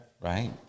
Right